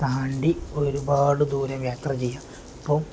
താണ്ടി ഒരുപാട് ദൂരം യാത്ര ചെയ്യുക അപ്പം